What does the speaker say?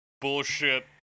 bullshit